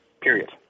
Period